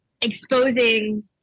exposing